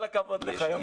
כל הכבוד לך.